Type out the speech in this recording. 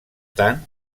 tant